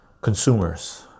consumers